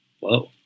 Whoa